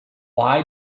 why